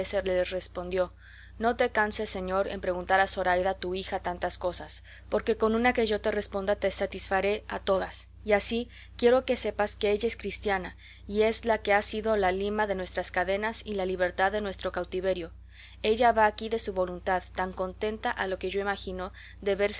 le respondió no te canses señor en preguntar a zoraida tu hija tantas cosas porque con una que yo te responda te satisfaré a todas y así quiero que sepas que ella es cristiana y es la que ha sido la lima de nuestras cadenas y la libertad de nuestro cautiverio ella va aquí de su voluntad tan contenta a lo que yo imagino de